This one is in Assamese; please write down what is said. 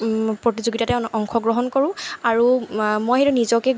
প্ৰতিযোগিতাতে অংশগ্ৰহণ কৰোঁ আৰু মই সেইটো নিজকে